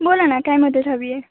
बोला ना काय मदत हवी आहे